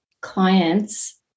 clients